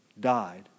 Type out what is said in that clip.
died